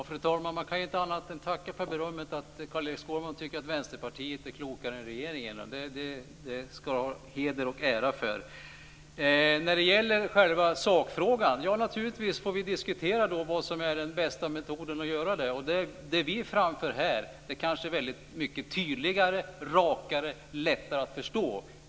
Fru talman! Jag kan inte annat än tacka för berömmet av Carl-Erik Skårman för att Vänsterpartiet är klokare än regeringen. Det ska han ha heder och ära för. När det gäller själva sakfrågan får vi naturligtvis diskutera vilken metod som är bäst. Det vi framför här är kanske mycket tydligare, rakare och lättare att förstå.